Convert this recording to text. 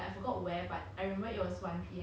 可是我也很久没有看过